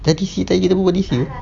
tak D_C kita tadi berbual D_C ke